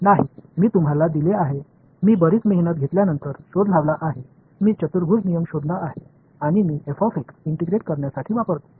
नाही मी तुम्हाला दिले आहे मी बरीच मेहनत घेतल्यानंतर शोध लावला आहे मी चतुर्भुज नियम शोधला आहे आणि मी इंटिग्रेट करण्यासाठी वापरतो